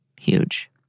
huge